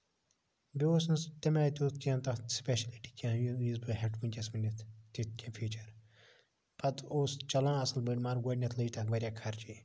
بیٚیہِ اوس نہٕ سُہ تَمہِ آیہِ تیُتھ کیٚنہہ تَتھ سپیشَلٹی کیٚنہہ یُس بہٕ ہیٚکہٕ ؤنکیٚس ؤنِتھ تِتھۍ کیٚنہہ فیٖچر پَتہٕ اوس چلان اَصٕل پٲٹھۍ مَگر گۄڈٕنیتھ لٔجۍ تَتھ واریاہ خَرچہٕ